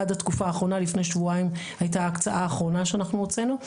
עד התקופה האחרונה לפני שבועיים היתה ההקצאה האחרונה שהוצאנו.